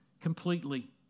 completely